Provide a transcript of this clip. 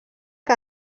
que